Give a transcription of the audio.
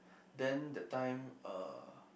then that time uh